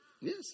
Yes